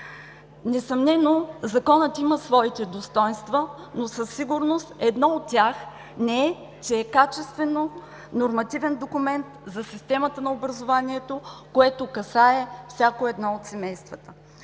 Несъмнено Законът има своите достойнства, но със сигурност едно от тях не е, че е качествен нормативен документ за системата на образованието, което касае всяко едно от семействата.